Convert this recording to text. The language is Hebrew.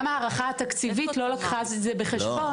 גם ההערכה התקציבית לא לקחה את זה בחשבון --- לא,